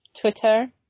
Twitter